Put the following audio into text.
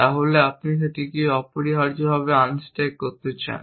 তাহলে আপনি এটিকে অপরিহার্যভাবে আনস্টেক করতে চান